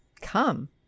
come